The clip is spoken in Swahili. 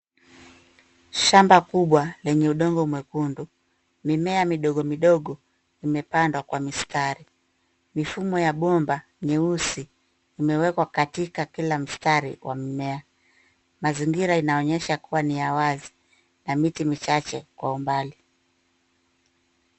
Shamba kubwa lenye udongo mwekundu, mimea midogo midogo imepandwa kwa mistari. Mifumo ya bomba nyeusi imewekwa katika kila mstari wa mimea. Mazingira inaonyesha kuwa ni ya wazii na miti michache kwa umbali.